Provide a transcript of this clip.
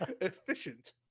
efficient